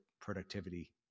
productivity